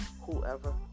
whoever